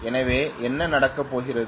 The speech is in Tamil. எனவே என்ன நடக்கப் போகிறது